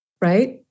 Right